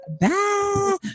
Bye